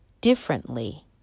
differently